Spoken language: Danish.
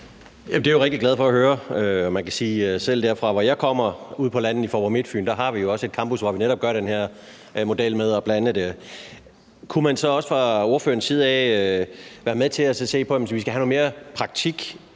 Det er jeg jo rigtig glad for at høre. Selv der, hvor jeg kommer fra, ude på landet i Faaborg-Midtfyn Kommune, har vi også et campus, hvor vi netop har den her model med at blande det. Kunne man så også fra ordførerens side være med til at se på, om vi skal have noget mere praktisk